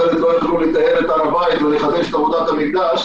כי אחרת לא יכלו לתאר את ההווי ולחדש את עבודת המקדש.